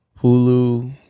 hulu